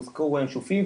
הוזכרו כאן הינשופים,